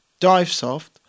Divesoft